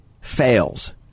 fails